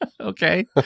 Okay